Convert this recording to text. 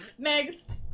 Megs